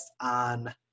on